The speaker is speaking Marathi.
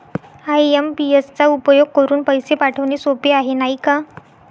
आइ.एम.पी.एस चा उपयोग करुन पैसे पाठवणे सोपे आहे, नाही का